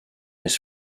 his